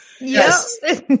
Yes